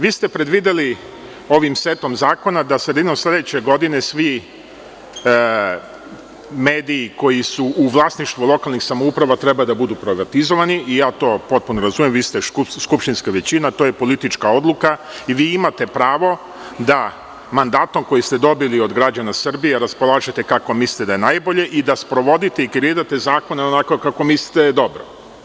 Vi ste predvideli ovim setom zakona da sredinom sledeće godine svi mediji koji su u vlasništvu lokalnih samouprava treba da budu privatizovani i ja to razumem, vi ste skupštinska većina, to je politička odluka i vi imate pravo da mandatom koji ste dobili od građana Srbije, raspolažete kako mislite da je najbolje i da sprovodite i kreirate zakon onako kako mislite da je dobro.